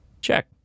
Check